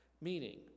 meaning